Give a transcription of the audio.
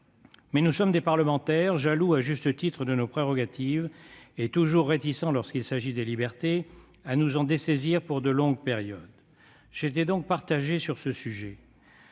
mais nous sommes des parlementaires, jaloux à juste titre de nos prérogatives et toujours rétifs, lorsqu'il s'agit des libertés, à nous en dessaisir pour de longues périodes. J'étais donc partagé sur ce sujet.